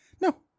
No